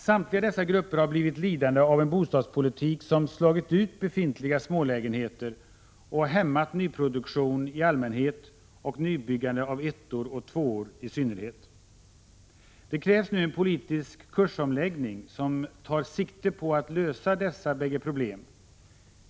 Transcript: Samtliga dessa grupper har blivit lidande av en bostadspolitik som slagit ut befintliga smålägenheter och hämmat nyproduktion i allmänhet och nybyggande av ettor och tvåor i synnerhet. Det krävs nu en politisk kursomläggning som tar sikte på att lösa dessa bägge problem.